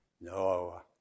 no